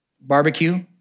barbecue